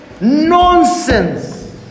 Nonsense